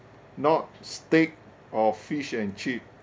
not steak or fish and chip